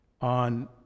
on